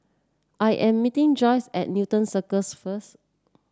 I am meeting Joyce at Newton Circus first